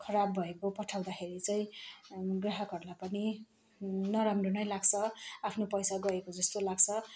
खराब भएको पठाउँदाखेरि चाहिँ ग्राहकहरूलाई पनि नराम्रो नै लाग्छ आफ्नो पैसा गएको जस्तो लाग्छ